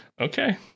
Okay